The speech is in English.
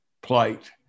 plight